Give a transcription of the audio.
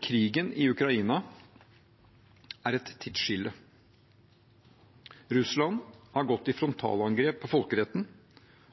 Krigen i Ukraina er et tidsskille. Russland har gått til frontalangrep på folkeretten